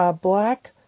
black